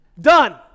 Done